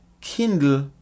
Kindle